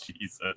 Jesus